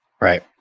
Right